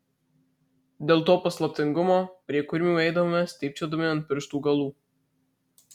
dėl to paslaptingumo prie kurmių eidavome stypčiodami ant pirštų galų